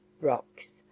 rocks